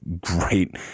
great